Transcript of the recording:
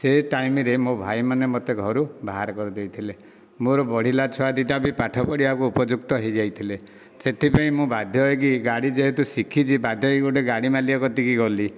ସେ ଟାଇମ୍ରେ ମୋ ଭାଇମାନେ ମୋତେ ଘରୁ ବାହାର କରିଦେଇଥିଲେ ମୋର ବଢ଼ିଲା ଛୁଆ ଦୁଇଟା ବି ପଢ଼ିବା ଉପଯୁକ୍ତ ହୋଇ ଯାଇଥିଲେ ସେଥିପାଇଁ ମୁଁ ବାଧ୍ୟ ହୋଇକି ଗାଡ଼ି ଯେହେତୁ ଶିଖିଛି ବାଧ୍ୟ ହୋଇକି ଗୋଟିଏ ଗାଡ଼ି ମାଲିକ କତିକି ଗଲି